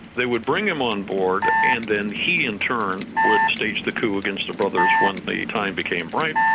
they would bring him on board and then he in turn would stage the coup against the brothers when the time became right.